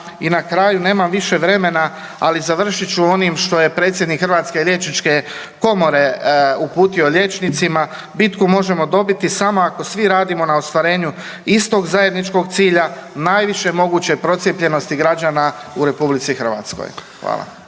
I na kraju, nemam više vremena, ali završit ću onim što je predsjednik HLK uputio liječnicima, bitku možemo dobiti samo ako svi radimo na ostvarenju istog zajedničkog cilja, najviše moguće procijepljenosti građana u RH. Hvala.